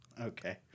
Okay